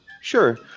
Sure